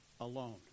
alone